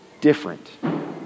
different